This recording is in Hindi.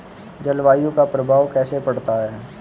जलवायु का प्रभाव कैसे पड़ता है?